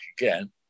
again